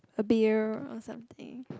a beer or something